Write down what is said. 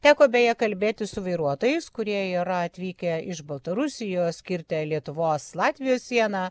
teko beje kalbėtis su vairuotojais kurie yra atvykę iš baltarusijos kirtę lietuvos latvijos sieną